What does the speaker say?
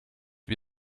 wie